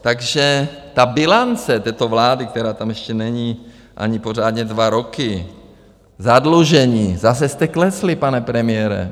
Takže ta bilance této vlády, která tam ještě není ani pořádně dva roky, zadlužení, zase jste klesli, pane premiére.